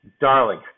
darling